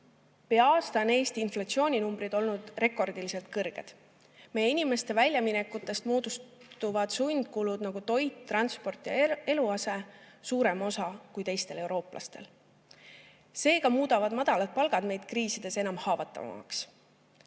Pea aasta on Eesti inflatsiooninumbrid olnud rekordiliselt kõrged. Meie inimeste väljaminekutest moodustavad sundkulud, nagu toit, transport ja eluase, suurema osa kui teistel eurooplastel. Seega muudavad madalad palgad meid kriisides enam haavatavaks.